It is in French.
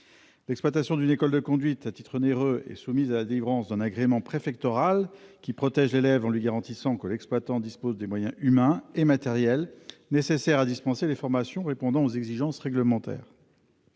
L'exploitation d'une école de conduite à titre onéreux est soumise à la délivrance d'un agrément préfectoral qui protège l'élève en lui garantissant que l'exploitant dispose des moyens humains et matériels nécessaires pour dispenser des formations répondant aux exigences réglementaires.